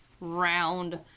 round